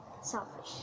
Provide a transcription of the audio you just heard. selfish